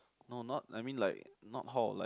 no not I mean like not hall like